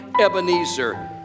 Ebenezer